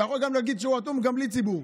אתה יכול להגיד שהוא אטום גם בלי ציבור,